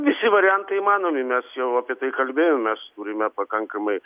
visi variantai įmanomi mes jau apie tai kalbėjomės turime pakankamai